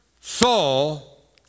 Saul